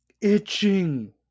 Itching